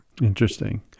Interesting